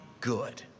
good